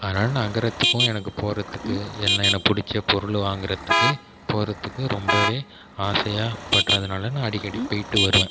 அதனால் நகரத்துக்கும் எனக்குப் போகறதுக்கு எல்லாம் எனக்கு பிடிச்ச பொருள் வாங்கறதுக்கு போகறதுக்கு ரொம்பவே ஆசையாக படுறதுனால நான் அடிக்கடி போயிவிட்டு வருவேன்